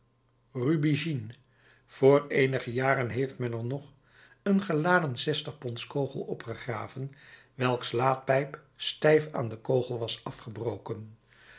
rubigine voor eenige jaren heeft men er een nog geladen zestigpondskogel opgegraven welks laadpijp stijf aan den kogel was afgebroken